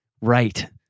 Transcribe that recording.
right